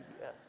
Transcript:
Yes